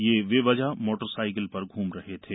ये बेवजह मोटरसाईकल पर घ्म रहे थे